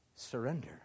Surrender